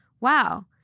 wow